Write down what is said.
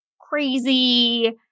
crazy